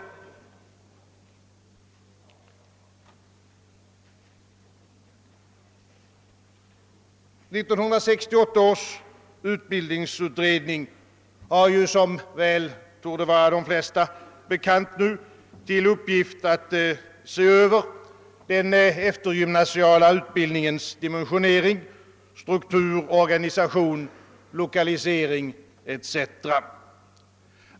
1968 års utbildningsutredning har, som väl torde vara bekant för de fles ta, till uppgift att se över den eftergymnasiala utbildningens dimensionering, struktur, organisation, lokalisering etc.